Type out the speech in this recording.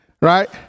right